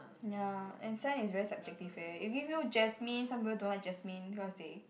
ya and scent is very subjective eh if give you jasmine some people don't like jasmine cause they